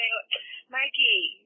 Mikey